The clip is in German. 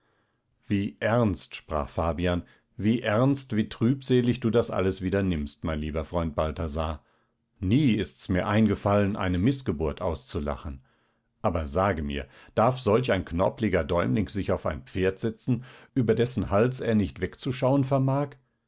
wie ernst sprach fabian wie ernst wie trübselig du das alles wieder nimmst mein lieber freund balthasar nie ist's mir eingefallen eine mißgeburt auszulachen aber sage mir darf solch ein knorpliger däumling sich auf ein pferd setzen über dessen hals er nicht wegzuschauen vermag